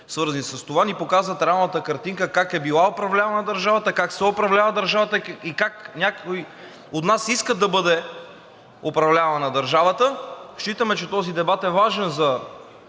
свързани с това, ни показват реалната картинка – как е била управлявана държавата, как се управлява държавата и как някои от нас искат да бъде управлявана държавата. Считаме, че този дебат е важен за